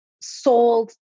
sold